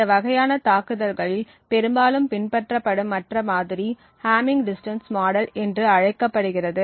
இந்த வகையான தாக்குதல்களில் பெரும்பாலும் பின்பற்றப்படும் மற்ற மாதிரி ஹேமிங் டிஸ்டன்ஸ் மாடல் என்று அழைக்கப்படுகிறது